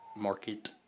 Market